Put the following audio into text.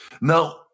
Now